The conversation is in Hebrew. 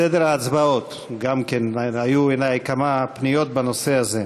סדר ההצבעות, גם כן, היו כמה פניות אלי בנושא הזה.